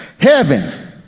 heaven